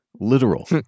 literal